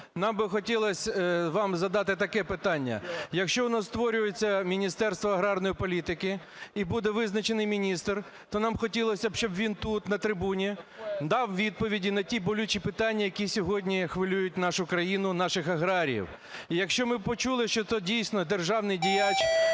Нам би хотілось вам задати таке питання. Якщо в нас створюється Міністерство аграрної політики і буде визначений міністр, то нам хотілося б, щоб він тут на трибуні дав відповіді на ті болючі питання, які сьогодні хвилюють нашу країну, наших аграріїв. І якщо ми б почули, що то дійсно державний діяч